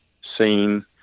seen